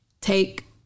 take